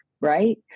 right